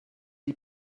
die